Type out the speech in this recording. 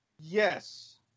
Yes